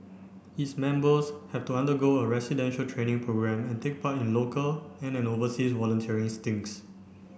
its members have to undergo a residential training programme and take part in local and an overseas volunteering stinks